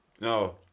No